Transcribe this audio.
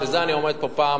בשביל זה אני עומד פה בפעם,